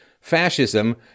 fascism